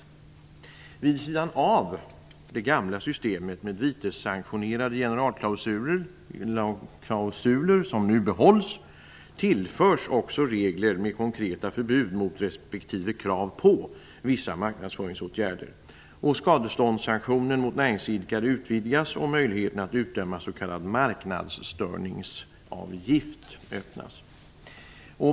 Vid sidan av det gamla systemet med vitessanktionerade generalklausuler, som nu behålls, tillförs också regler med konkreta förbud mot respektive krav på vissa marknadsföringsåtgärder. Skadeståndssanktionen mot näringsidkare utvidgas och möjligheten att utdöma s.k. marknadsstörningsavgift öppnas.